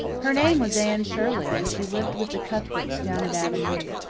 her name was anne shirley and she lived with the cuthberts down at avonlea.